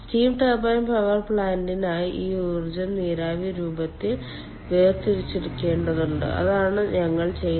steam turbine power പ്ലാന്റിനായി ഈ ഊർജ്ജം നീരാവി രൂപത്തിൽ വേർതിരിച്ചെടുക്കേണ്ടതുണ്ട് അതാണ് ഞങ്ങൾ ചെയ്യുന്നത്